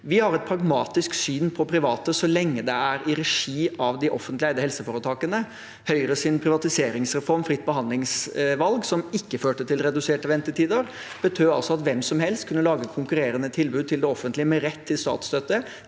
Vi har et pragmatisk syn på private så lenge det er i regi av de offentlig eide helseforetakene. Høyres privatiseringsreform, fritt behandlingsvalg, som ikke førte til reduserte ventetider, betød altså at hvem som helst kunne lage konkurrerende tilbud til det offentlige med rett til statsstøtte.